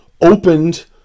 opened